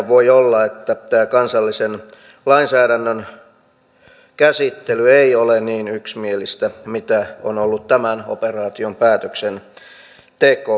voi olla että kansallisen lainsäädännön käsittely ei ole niin yksimielistä kuin on ollut tämän operaation päätöksenteko